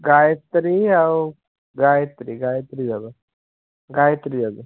ଗାୟତ୍ରୀ ଆଉ ଗାୟତ୍ରୀ ଗାୟତ୍ରୀ ଯଜ୍ଞ ଗାୟତ୍ରୀ ଯଜ୍ଞ